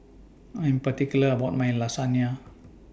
I Am particular about My Lasagne